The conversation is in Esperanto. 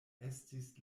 estis